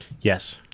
Yes